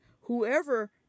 Whoever